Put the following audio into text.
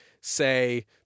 say